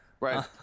Right